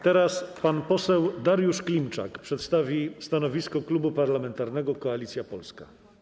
Teraz pan poseł Dariusz Klimczak przedstawi stanowisko Klubu Parlamentarnego Koalicja Polska.